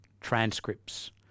transcripts